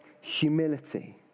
humility